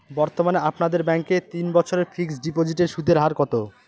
বর্তমানে আপনাদের ব্যাঙ্কে তিন বছরের ফিক্সট ডিপোজিটের সুদের হার কত?